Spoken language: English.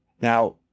Now